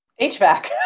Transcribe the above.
HVAC